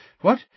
What